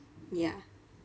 ya